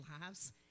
lives